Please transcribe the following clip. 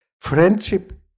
Friendship